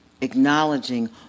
acknowledging